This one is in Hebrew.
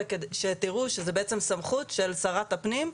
שתראו שזה בעצם סמכות של שרת הפנים,